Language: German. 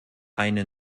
eine